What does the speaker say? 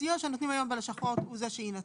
הסיוע שנותנים היום בלשכות הוא זה שיינתן,